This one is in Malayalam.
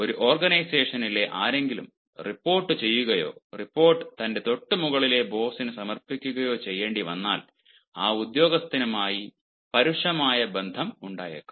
ഒരു ഓർഗനൈസേഷനിലെ ആരെങ്കിലും റിപ്പോർട്ടുചെയ്യുകയോ റിപ്പോർട്ട് തന്റെ തൊട്ടുമുകളിലെ ബോസിന് സമർപ്പിക്കുകയോ ചെയ്യേണ്ടിവന്നാൽ ആ ഉദ്യോഗസ്ഥനുമായി പരുഷമായ ബന്ധം ഉണ്ടായേക്കാം